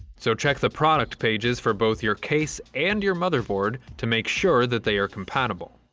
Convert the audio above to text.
so check the product pages for both your case and your motherboard to make sure that they are compatible.